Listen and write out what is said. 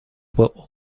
were